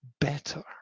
better